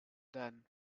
then